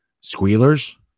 squealers